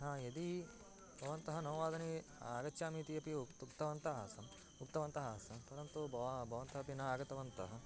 हा यदि भवन्तः नववादने आगच्छामि इति अपि उक्तः उक्तवन्तः आसम् उक्तवन्तः आसन् परन्तु बवा भवन्तः अपि न आगतवन्तः